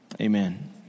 Amen